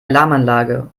alarmanlage